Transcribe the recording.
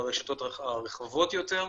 ברשתות הרחבות יותר.